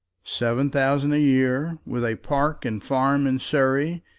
seven thousand a year, with a park and farm in surrey,